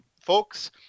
folks